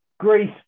Greece